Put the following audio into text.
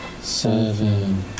seven